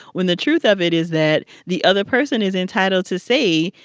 when the truth of it is that the other person is entitled to say,